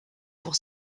pour